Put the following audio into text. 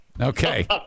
Okay